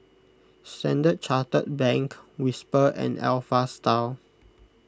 Standard Chartered Bank Whisper and Alpha Style